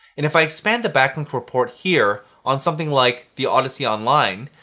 and if i expand the backlink report here on something like the oddyssey online,